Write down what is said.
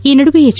ಈ ನಡುವೆ ಎಚ್